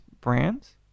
brands